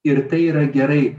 ir tai yra gerai